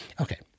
okay